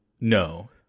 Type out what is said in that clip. no